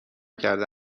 کرده